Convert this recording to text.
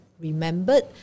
remembered